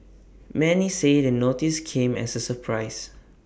many say the notice came as A surprise